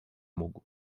mógł